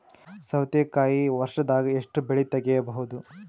ಸೌತಿಕಾಯಿ ವರ್ಷದಾಗ್ ಎಷ್ಟ್ ಬೆಳೆ ತೆಗೆಯಬಹುದು?